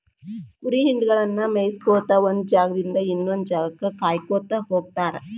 ಕುರಿ ಹಿಂಡಗಳನ್ನ ಮೇಯಿಸ್ಕೊತ ಒಂದ್ ಜಾಗದಿಂದ ಇನ್ನೊಂದ್ ಜಾಗಕ್ಕ ಕಾಯ್ಕೋತ ಹೋಗತಾರ